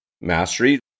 mastery